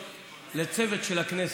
לצוות של הכנסת: